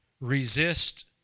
Resist